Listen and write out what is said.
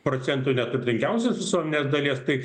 procentu neturtingiausios visuomenės dalies tai